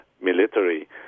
military